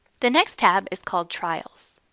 the next tab is called trials.